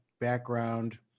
background